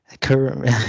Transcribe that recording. current